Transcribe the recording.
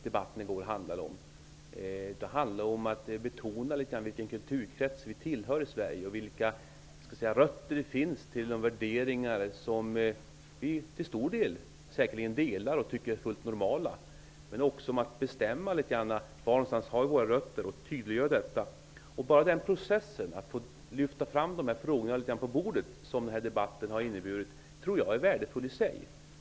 Den handlade om att betona litet grand vilken kulturkrets vi i Sverige tillhör och vilka rötter som finns till de värderingar som vi till stor del säkerligen delar och tycker är fullt normala. Den handlade också om att bestämma litet var vi har våra rötter och att tydliggöra dem. Den process att lyfta fram dessa frågor på bordet som debatten har inneburit är värdefull i sig.